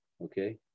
okay